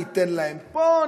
ניתן להם פה,